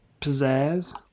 pizzazz